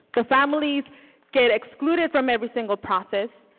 the families get excluded from every single process,